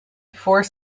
before